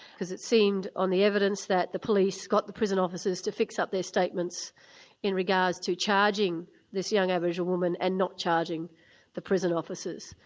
because it seemed on the evidence that the police got the prison officers to fix up their statements in regards to charging this young aboriginal woman and not charging the prison officers.